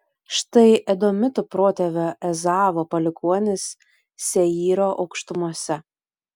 štai edomitų protėvio ezavo palikuonys seyro aukštumose